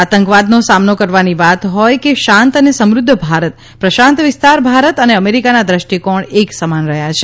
આતંકવાદનો સામનો કરવાની વાત હોય કે શાંત અને સમૃદ્ધ ભારત પ્રશાંત વિસ્તાર ભારત અને અમેરિકાના દૃષ્ટિકોણ એક સમાન રહ્યા છે